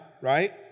right